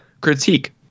critique